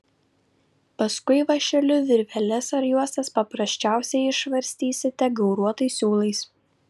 paskui vąšeliu virveles ar juostas paprasčiausiai išvarstysite gauruotais siūlais